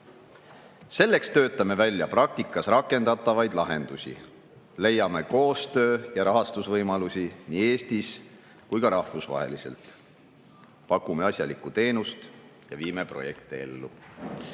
Selleks töötame välja praktikas rakendatavaid lahendusi, leiame koostöö- ja rahastusvõimalusi nii Eestis kui ka rahvusvaheliselt. Pakume asjalikku teenust ja viime projekte ellu.